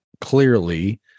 clearly